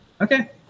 Okay